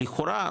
לכאורה,